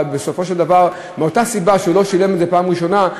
ובסופו של דבר מאותה סיבה שהוא לא שילם את זה בפעם הראשונה,